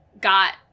got